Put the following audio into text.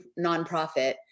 nonprofit